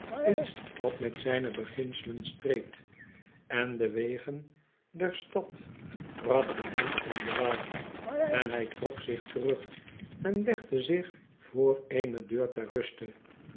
iets wat met zijne beginselen streed en de wegen der stad brachten hem in de war en hij trok zich terug en legde zich voor eene deur ter ruste